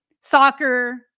soccer